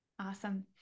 Awesome